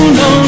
no